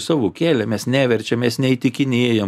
savo kelėmės neverčiau mes neįtikinėjam